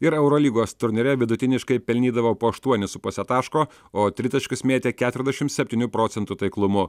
ir eurolygos turnyre vidutiniškai pelnydavo po aštuonis su puse taško o tritaškius mėtė keturiasdešim septynių procentų taiklumu